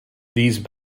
these